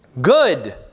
Good